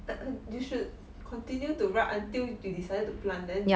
you should continue to write until you decided to plant then